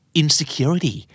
insecurity